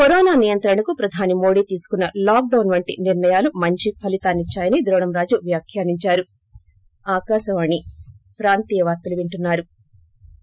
corona నియంత్రణకు ప్రధాని మోదీ తీసుకున్న లాక్డాన్ వంటి నిర్ణయాలు మంచి ఫలితాలిచ్చాయని ద్రోణంరాజు వ్యాఖ్యానించారు